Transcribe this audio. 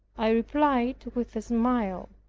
i replied with a smile,